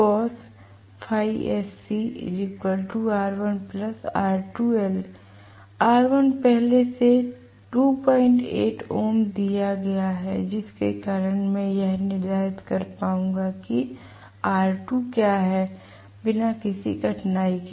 R1 पहले से 28 ohm दिया गया है जिसके कारण मैं यह निर्धारित कर पाऊंगा कि R2क्या हैबिना किसी कठिनाई के